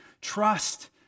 trust